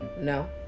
No